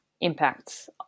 impacts